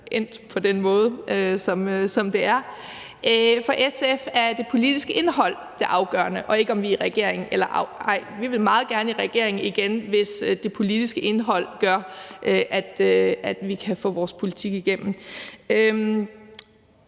endt på den måde, som det er. For SF er det politiske indhold det afgørende og ikke, om vi er i regering eller ej. Vi vil meget gerne i regering igen, hvis det politiske indhold gør, at vi kan få vores politik igennem.